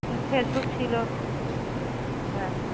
Facebook ছিলো হ্যাঁ